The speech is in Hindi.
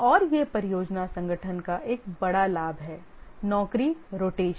और यह परियोजना संगठन का एक बड़ा लाभ है नौकरी रोटेशन